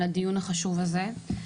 על הדיון החשוב הזה.